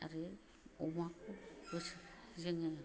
आरो अमाखौ बोसो जोङो